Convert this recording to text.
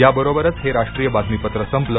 याबरोबरच हे राष्ट्रीय बातमीपत्र संपलं